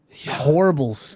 Horrible